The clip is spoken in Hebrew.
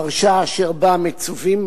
פרשה אשר בה מצווים